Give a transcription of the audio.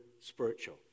spiritual